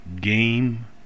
game